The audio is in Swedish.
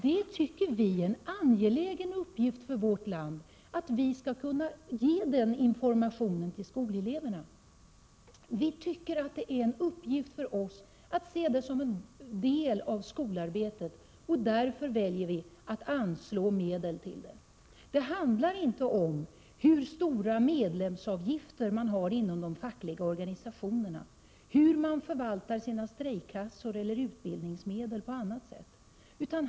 Att de skall kunna ge denna information till skoleleverna tycker vi är en angelägen uppgift för vårt land. Vi anser att informationen skall ses som en del av skolarbetet, och därför väljer vi att anslå medel till information. Det hela handlar inte om hur stora medlemsavgifter man har inom de fackliga organisationerna eller hur man förvaltar sina strejkkassor och utbildningsmedel.